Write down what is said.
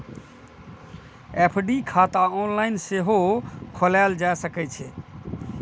FD खाता online सेहो खोलाएल जा सकै छै